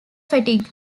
fatigue